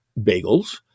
bagels